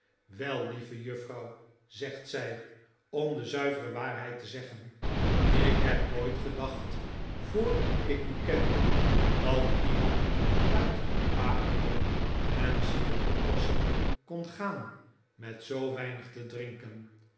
wel lieve juffrouw zegt zij om de zuivere waarheid te zeggen ik heb nooit gedacht voor ik u kende dat iemand uit bakeren en ziekenoppassen kon gaan met zoo weinig te drinken